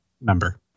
member